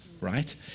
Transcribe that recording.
right